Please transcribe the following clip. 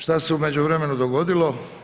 Što se u međuvremenu dogodilo?